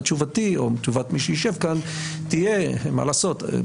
ותשובתי או תשובת מי יישב כאן תהיה: מה לעשות,